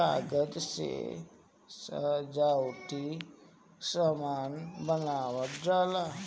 कागज से सजावटी सामान बनावल जाला